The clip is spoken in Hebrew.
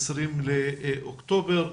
ה-20 לאוקטובר.